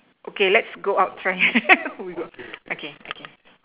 okay let's go out try we go okay okay